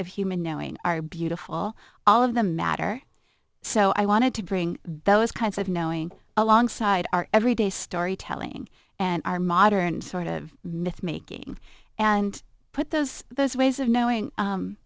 of human knowing are beautiful all of the matter so i wanted to bring those kinds of knowing alongside our everyday storytelling and our modern sort of myth making and put those those ways of knowing